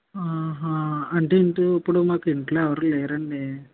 ఆహా అంటే ఇంట్లో ఇప్పుడు మాకు ఇంట్లో ఎవరూ లేరండి